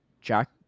Jack